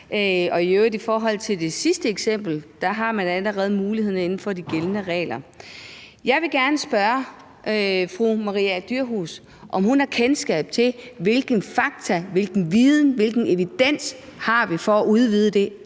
har man i forhold til det sidste eksempel allerede muligheden inden for de gældende regler. Jeg vil gerne spørge fru Maria Durhuus, om hun har kendskab til, hvilke fakta, hvilken viden, hvilken evidens vi har for at udvide det,